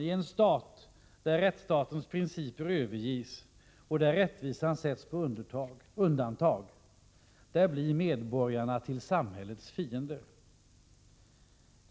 I en stat där rättsstatens principer överges och där rättvisan sätts på undantag, där blir medborgarna samhällets fiender.